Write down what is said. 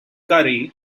curry